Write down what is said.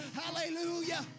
Hallelujah